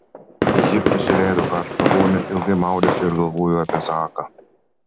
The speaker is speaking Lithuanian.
ji prisileido karštą vonią ilgai maudėsi ir galvojo apie zaką